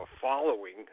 following